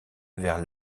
vers